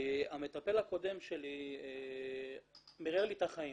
המטפל הקודם שלי מרר לי את החיים